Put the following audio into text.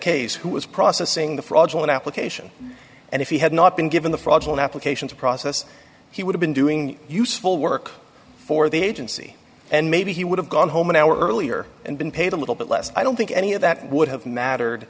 case who was processing the fraudulent application and if he had not been given the fraudulent applications process he would have been doing useful work for the agency and maybe he would have gone home an hour earlier and been paid a little bit less i don't think any of that would have mattered